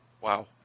Wow